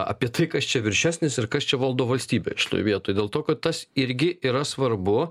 apie tai kas čia viršesnis ir kas čia valdo valstybę šitoj vietoj dėl to kad tas irgi yra svarbu